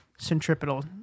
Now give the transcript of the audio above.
Centripetal